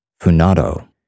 Funado